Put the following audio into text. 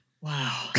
Wow